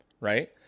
right